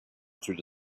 through